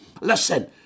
Listen